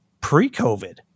pre-COVID